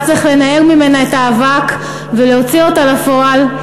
רק צריך לנער ממנה את האבק ולהוציא אותה לפועל,